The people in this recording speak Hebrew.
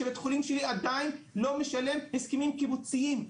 שבית החולים שלי עדיין לא משלם הסכמים קיבוציים.